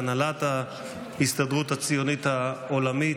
והנהלת ההסתדרות הציונית העולמית,